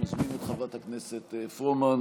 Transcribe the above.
אני מזמין את חברת הכנסת פרומן